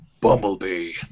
Bumblebee